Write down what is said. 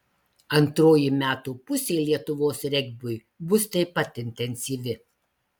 antroji metų pusė lietuvos regbiui bus taip pat intensyvi